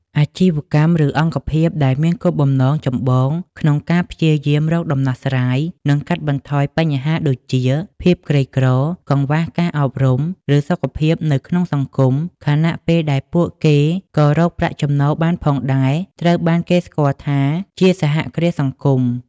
អាជីវកម្ម ឬអង្គភាពដែលមានគោលបំណងចម្បងក្នុងការព្យាយាមរកដំណោះស្រាយ និងកាត់បន្ថយបញ្ហាដូចជា ភាពក្រីក្រ កង្វះការអប់រំ ឬសុខភាព នៅក្នុងសង្គម ខណៈពេលដែលពួកគេក៏រកប្រាក់ចំណូលបានផងដែរ ត្រូវបានគេស្គាល់ថាជា សហគ្រាសសង្គម។